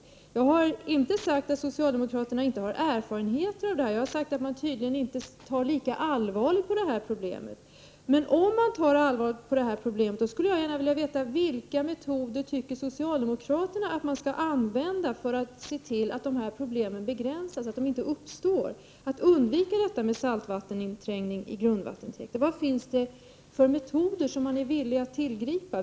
Jag har inte sagt att socialdemokraterna inte har erfarenheter av detta — jag har sagt att man tydligen inte tar lika allvarligt på det här problemet. Men om man gör det, skulle jag gärna vilja veta vilka metoder socialdemokraterna anser att man skall använda för att se till att dessa problem begränsas eller inte uppstår, dvs. undvika att saltvatten intränger i grundvattenintäkterna. Vad finns det för metoder som man är villig att tillgripa?